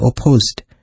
opposed